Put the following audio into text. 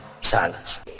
silence